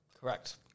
Correct